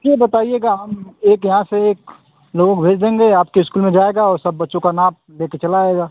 फिर बताइएगा हम एक यहाँ से एक लोगों को भेज देंगे आपके इस्कूल में जाएगा वो सब बच्चों का नाप लेके चला आएगा